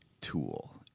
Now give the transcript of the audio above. tool